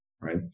Right